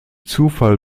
zufall